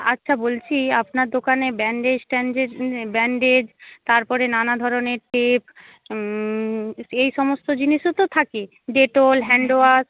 আচ্ছা বলছি আপনার দোকানে ব্যান্ডেজ ট্যান্ডেজ ব্যান্ডেজ তারপরে নানা ধরণের টেপ এই সমস্ত জিনিসও তো থাকে ডেটল হ্যান্ড ওয়াশ